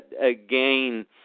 again